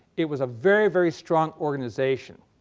it was a very very strong organization.